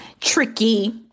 tricky